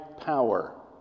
power